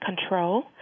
control